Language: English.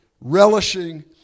relishing